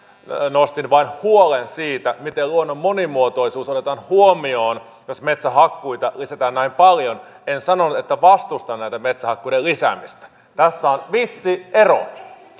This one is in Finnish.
nostin vain huolen siitä miten luonnon monimuotoisuus otetaan huomioon jos metsänhakkuita lisätään näin paljon en sanonut että vastustan tätä metsänhakkuiden lisäämistä tässä on vissi ero